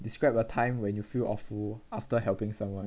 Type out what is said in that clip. describe a time when you feel awful after helping someone